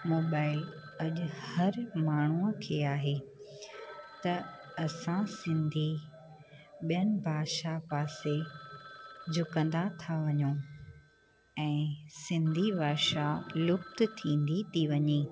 mobile अॼु हर माण्हूअ खे आहे त असां सिंधी ॿियनि भाषा पासे झुकंदा था वञूं ऐं सिंधी भाषा लुप्त थींदी थी वञे